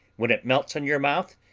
when it melts in your mouth,